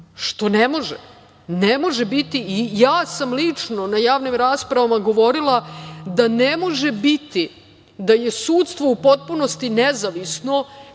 što ne može biti. Ja sam lično na javnim raspravama govorila da ne može biti da je sudstvo u potpunosti nezavisno,